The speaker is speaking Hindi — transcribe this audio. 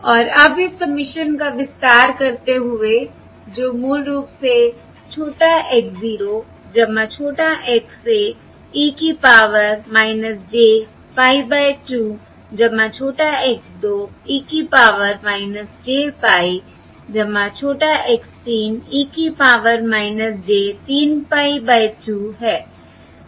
और अब इस सबमिशन का विस्तार करते हुए जो मूल रूप से छोटा x 0 छोटा x 1 e की पावर j pie बाय 2 छोटा x 2 e की पावर j pie छोटा x 3 e की पावर - j 3 pie बाय 2 है